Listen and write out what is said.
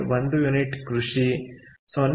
1 unit ಕೃಷಿ 0